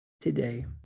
today